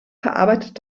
verarbeitet